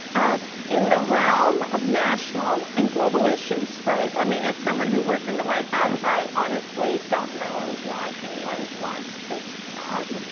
um in the realm of national and global issues, right? i mean as someone who worked in the white house, i honestly don't know why anyone wants this job.